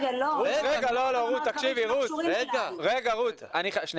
--- לא, רות, תקשיבי.